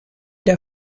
der